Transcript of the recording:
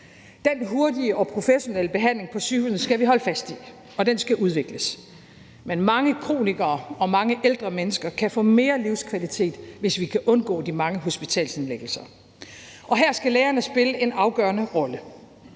Den hurtige og professionelle behandling på sygehusene skal vi holde fast i, og den skal udvikles, men mange kronikere og mange ældre mennesker kan få mere livskvalitet, hvis vi kan undgå de mange hospitalsindlæggelser, og her skal lægerne spille en afgørende rolle